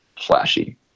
flashy